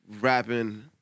rapping